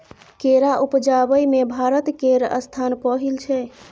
केरा उपजाबै मे भारत केर स्थान पहिल छै